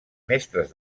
mestres